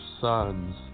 sons